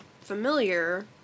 familiar